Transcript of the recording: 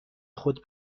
خود